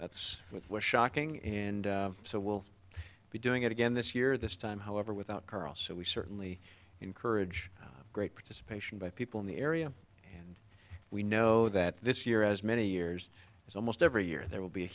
that's what was shocking and so we'll be doing it again this year this time however without carl so we certainly encourage great participation by people in the area and we know that this year as many years as almost every year there will be a